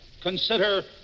consider